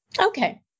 Okay